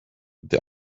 the